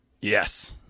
Yes